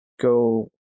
go